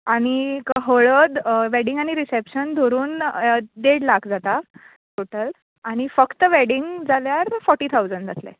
आनीक हळद वेडींग आनी रिसेपशन धरून देड लाख जाता टॉटल आनी फक्त वेडींग जाल्यार फोटी थावजंड जातले